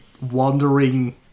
wandering